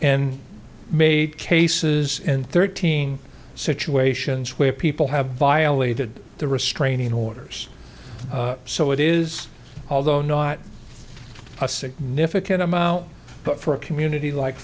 and made cases in thirteen situations where people have violated the restraining orders so it is although not a significant amount but for a community like